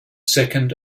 second